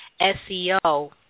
SEO